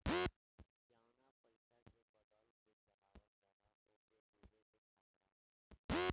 जवना पइसा के बदल के चलावल जाला ओके डूबे के खतरा होला